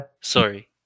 Sorry